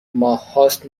ماههاست